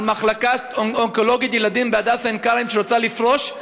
המחלקה האונקולוגית ילדים ב"הדסה עין-כרם" שרוצה לפרוש,